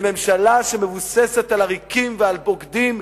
לממשלה שמבוססת על עריקים ועל בוגדים,